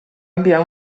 enviar